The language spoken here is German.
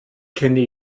kenne